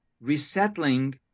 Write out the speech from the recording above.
resettling